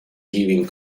giving